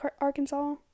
Arkansas